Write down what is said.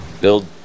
build